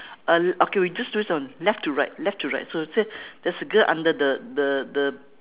uh okay we just do it on left to right left to right so it say there is a girl under the the the